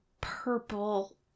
purple